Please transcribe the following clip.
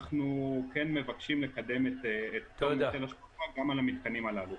אנחנו כן מבקשים לקדם את פטור מהיטל השבחה גם על המתקנים הללו.